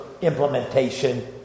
implementation